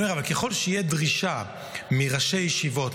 ככל שתהיה דרישה מראשי הישיבות,